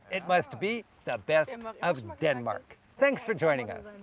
it must be the best and like of denmark. thanks for joining us.